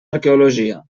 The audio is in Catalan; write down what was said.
arqueologia